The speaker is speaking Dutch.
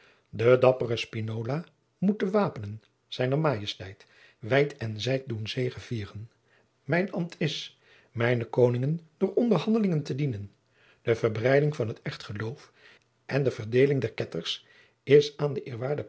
de dappere spinola moet de wapenen zijner majesteit wijd en zijd doen zegevieren mijn ambt is mijne koningen door onderhandelingen te dienen de verbreiding van het echt geloof en de verdeeling der ketters is aan den